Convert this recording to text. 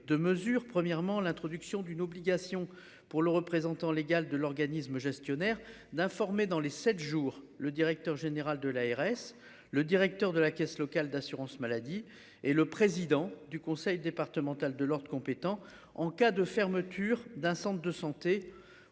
de mesures, premièrement l'introduction d'une obligation pour le représentant légal de l'organisme gestionnaire d'informer dans les 7 jours, le directeur général de l'ARS. Le directeur de la caisse locale d'assurance maladie et le président du conseil départemental de l'Ordre compétent en cas de fermeture d'un centre de santé